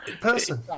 person